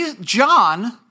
John